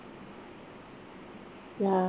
yeah